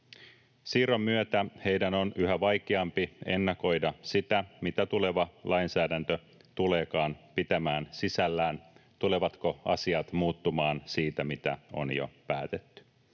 Siirron myötä heidän on yhä vaikeampi ennakoida sitä, mitä tuleva lainsäädäntö tuleekaan pitämään sisällään, tulevatko asiat muuttumaan siitä, mitä on jo päätetty.